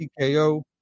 TKO